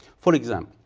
for example,